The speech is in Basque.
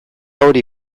hori